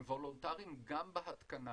הם וולונטריים גם בהתקנה.